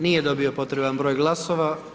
Nije dobio potreban broj glasova.